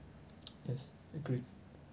yes agreed